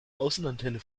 außenantenne